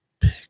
pick